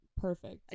perfect